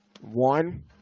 One